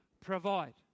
provide